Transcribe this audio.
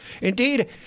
Indeed